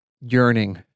yearning